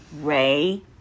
Ray